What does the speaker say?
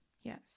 Yes